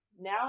Now